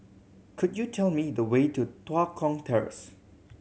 could you tell me the way to Tua Kong Terrace